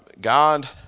God